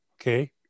Okay